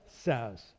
says